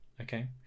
okay